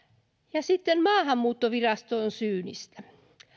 ja sitten maahanmuuttoviraston syynistä